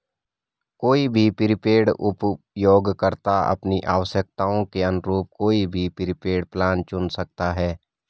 कोई भी प्रीपेड उपयोगकर्ता अपनी आवश्यकताओं के अनुरूप कोई भी प्रीपेड प्लान चुन सकता है